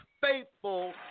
faithful